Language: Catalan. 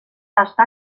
està